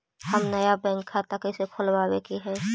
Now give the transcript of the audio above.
हम नया बैंक खाता कैसे खोलबाबे के है?